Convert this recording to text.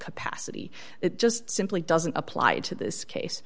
capacity it just simply doesn't apply to this case